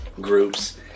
groups